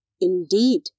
Indeed